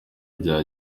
bya